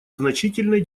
значительные